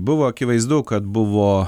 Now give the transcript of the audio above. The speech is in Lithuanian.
buvo akivaizdu kad buvo